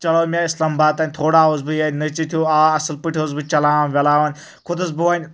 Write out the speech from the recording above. چَلو مےٚ اِسلام باد تانۍ تھوڑا آوُس بہٕ یہِ ہے نٔژِتھ ہیوٗ آس اَصٕل پیٹھ اوسُس بہٕ چَلاوان وَلاوان کھوٚتُس بہٕ وۄنۍ